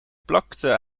plakte